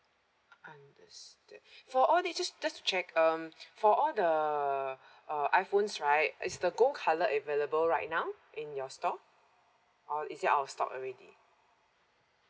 understand for all these just just to check um for all the uh iphones right is the gold colour available right now in your store or is it out of stock already